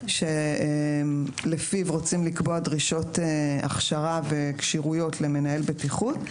שלפיו רוצים לקבוע דרישות הכשרה וכשירויות למנהל בטיחות.